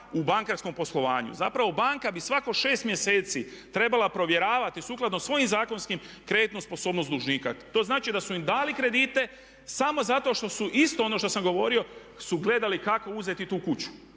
u bankarskom poslovanju. Zapravo banka bi svako šest mjeseci trebala provjeravati sukladno svojim zakonskim kreditnu sposobnost dužnika. To znači da su im dali kredite samo zato što su isto ono što sam govorio su gledali kako uzeti tu kuću.